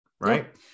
right